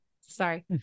sorry